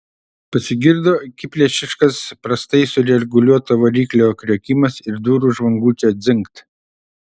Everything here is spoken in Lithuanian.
pasigirdo akiplėšiškas prastai sureguliuoto variklio kriokimas ir durų žvangučio dzingt